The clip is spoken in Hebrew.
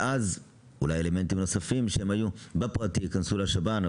ואולי אלמנטים נוספים שהיו בביטוח הפרטי ייכנסו לשב"ן.